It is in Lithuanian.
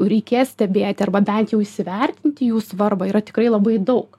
reikės stebėti arba bent jau įsivertinti jų svarbą yra tikrai labai daug